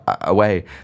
away